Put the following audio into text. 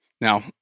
now